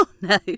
no